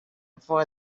for